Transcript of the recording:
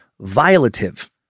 violative